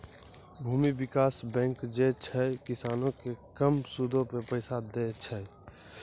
भूमि विकास बैंक जे छै, किसानो के कम सूदो पे पैसा दै छे